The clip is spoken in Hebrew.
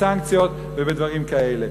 בסנקציות ובדברים כאלה.